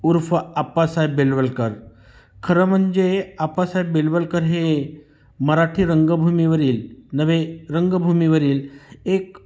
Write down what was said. उर्फ आप्पासाहेब बेलवलकर खरं म्हणजे आप्पासाहेब बेलवलकर हे मराठी रंगभूमीवरील नव्हे रंगभूमीवरील एक